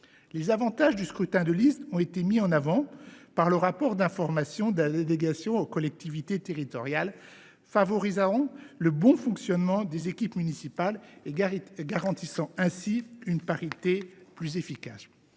Les avantages du scrutin de liste ont été mis en avant dans le rapport d’information de la délégation aux collectivités territoriales : ce scrutin favorise le bon fonctionnement des équipes municipales et garantit une parité plus efficace.